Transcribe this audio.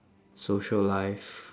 social life